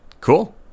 Cool